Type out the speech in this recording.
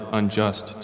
unjust